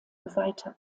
weiter